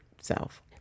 self